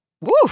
Woo